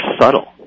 subtle